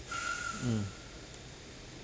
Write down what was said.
mm